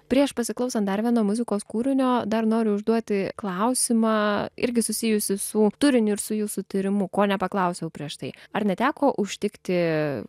prieš pasiklausant dar vieno muzikos kūrinio dar noriu užduoti klausimą irgi susijusį su turiniu ir su jūsų tyrimu ko nepaklausiau prieš tai ar neteko užtikti